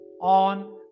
on